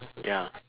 ya